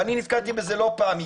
אני נתקלתי בזה לא פעם.